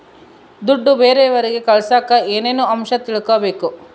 ದುಡ್ಡು ಬೇರೆಯವರಿಗೆ ಕಳಸಾಕ ಏನೇನು ಅಂಶ ತಿಳಕಬೇಕು?